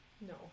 No